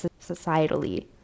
societally